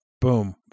Boom